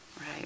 Right